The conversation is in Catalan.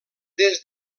des